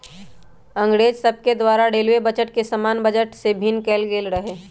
अंग्रेज सभके द्वारा रेलवे बजट के सामान्य बजट से भिन्न कएल गेल रहै